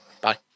Bye